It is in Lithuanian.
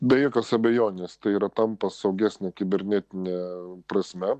be jokios abejonės tai yra tampa saugesne kibernetine prasme